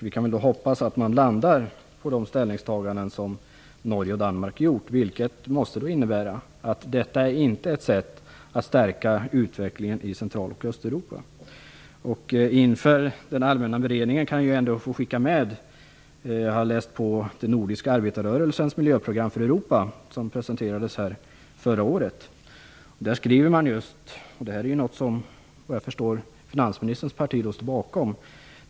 Vi kan väl hoppas att man landar på samma ställningstaganden som Norge och Danmark har gjort, vilket måste innebära att detta inte är ett sätt att stärka utvecklingen i Central och Östeuropa. Inför den allmänna beredningen kan jag ändå få skicka med det man skriver i den nordiska arbetarrörelsens miljöprogram för Europa, som presenterades här förra året och som jag har läst på. Det här är något som, vad jag förstår, finansministerns parti står bakom.